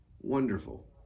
Wonderful